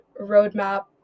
roadmap